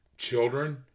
children